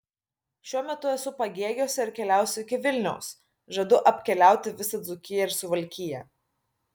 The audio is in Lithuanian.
šiuo metu esu pagėgiuose ir keliausiu iki vilniaus žadu apkeliauti visą dzūkiją ir suvalkiją